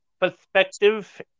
perspective